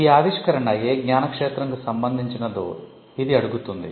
ఈ ఆవిష్కరణ ఏ జ్ఞాన క్షేత్రంకు సంబందిన్చినదో ఇది అడుగుతుంది